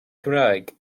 cymraeg